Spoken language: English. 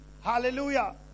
hallelujah